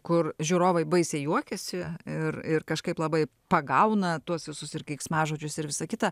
kur žiūrovai baisiai juokiasi ir ir kažkaip labai pagauna tuos visus ir keiksmažodžius ir visa kita